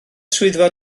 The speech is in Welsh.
swyddfa